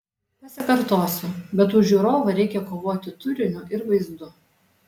pasikartosiu bet už žiūrovą reikia kovoti turiniu ir vaizdu